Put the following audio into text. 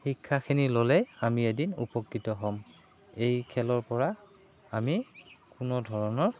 শিক্ষাখিনি ল'লে আমি এদিন উপকৃত হ'ম এই খেলৰ পৰা আমি কোনো ধৰণৰ